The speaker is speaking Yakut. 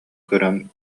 көрөн